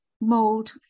mold